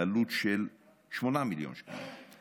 בעלות של 8 מיליון שקלים.